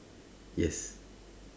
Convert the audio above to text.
yes